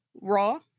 Raw